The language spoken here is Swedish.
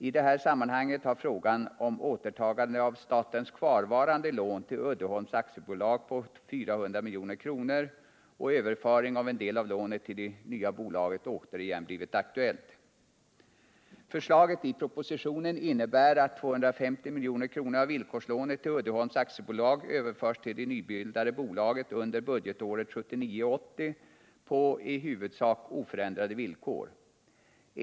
I detta sammanhang har frågan om återtagande av statens kvarvarande lån till Uddeholms AB på 400 milj.kr. och överföring av en del av lånet till det nya bolaget återigen blivit aktuell. Förslaget i propositionen innebär att 250 milj.kr. av villkorslånet till Uddeholms AB överförs till det nybildade bolaget under budgetåret 1979/80 på i huvudsak oförändrade villkor.